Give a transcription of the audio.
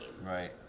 Right